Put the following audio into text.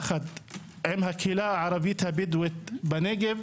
יחד עם הקהילה הערבית הבדואית בנגב,